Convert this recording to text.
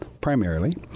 primarily